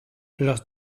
los